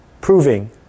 proving